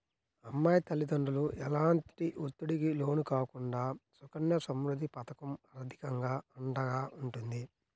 అమ్మాయి తల్లిదండ్రులు ఎలాంటి ఒత్తిడికి లోను కాకుండా సుకన్య సమృద్ధి పథకం ఆర్థికంగా అండగా ఉంటుంది